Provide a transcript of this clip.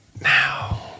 now